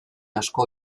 asko